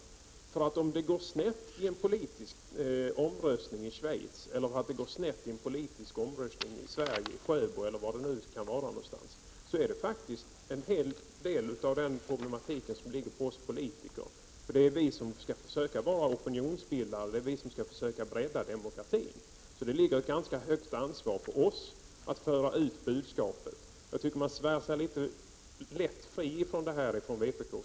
Om det går snett i en politisk omröstning i Schweiz eller i Sverige, t.ex. i Sjöbo, ligger faktiskt en hel del av problematiken på oss politiker, eftersom det är vi som skall försöka vara opinionsbildare, som skall försöka bredda demokratin. Det ligger alltså ett stort ansvar på oss att föra ut budskapet. Vpk svär sig för lätt fritt från detta ansvar.